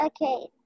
Okay